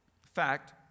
fact